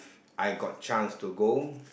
I got chance to go